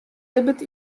libbet